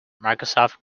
microsoft